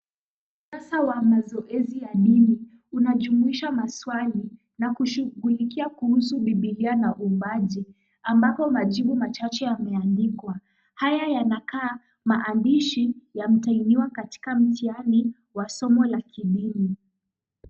Ukurasa wa mazoezi ya dini. Unajumuisha maswali, na kushughulikia kuhusu bibilia na uumbaji, ambapo majibu machache yameandikwa. Haya yanakaa maandishi ya mtahiniwa, katika mtihani wa somo la kidini.